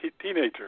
teenager